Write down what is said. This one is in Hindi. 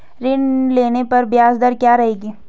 ऋण लेने पर ब्याज दर क्या रहेगी?